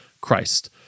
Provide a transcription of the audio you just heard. Christ